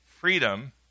freedom